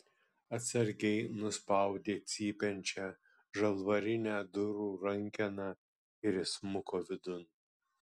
atsargiai nuspaudė cypiančią žalvarinę durų rankeną ir įsmuko vidun